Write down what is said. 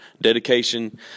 dedication